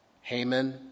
Haman